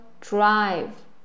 drive